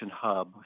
Hub